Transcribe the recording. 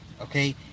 okay